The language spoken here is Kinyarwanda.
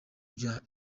bya